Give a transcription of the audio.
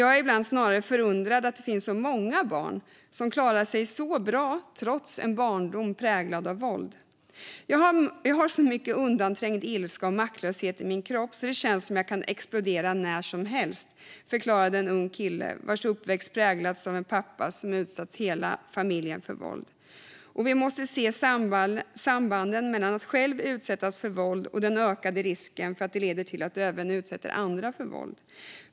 Jag är ibland förundrad över att det finns så många barn som klarar sig bra trots en barndom präglad av våld. "Jag har så mycket undanträngd ilska och maktlöshet i min kropp så det känns som jag kan explodera när som helst", förklarade en ung kille vars uppväxt präglats av en pappa som utsatt hela familjen för våld. Vi måste se sambanden mellan att själv utsättas för våld och den ökade risken för att det leder till att man utsätter andra för våld.